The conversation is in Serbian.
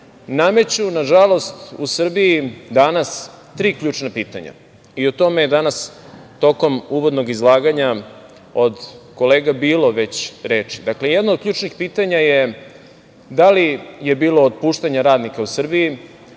nameću, nažalost u Srbiji danas tri ključna pitanja i o tome je danas tokom uvodnog izlaganja od kolega već bilo reči. Dakle, jedno od ključnih pitanja je da li je bilo otpuštanja radnika u Srbiji?